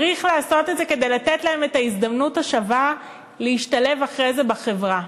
צריך לעשות את זה כדי לתת להם את ההזדמנות השווה להשתלב אחרי זה בחברה.